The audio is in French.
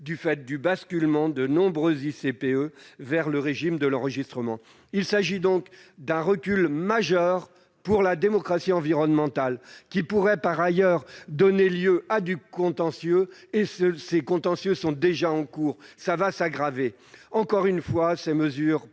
du fait du basculement de nombreux ICPE vers le régime de l'enregistrement. Il s'agit donc d'un recul majeur pour la démocratie environnementale qui pourrait, par ailleurs, donner lieu à des contentieux- certains sont d'ailleurs déjà en cours et la situation risque de s'aggraver. Encore une fois, ces mesures